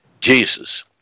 Jesus